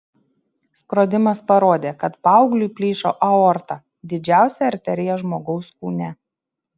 skrodimas parodė kad paaugliui plyšo aorta didžiausia arterija žmogaus kūne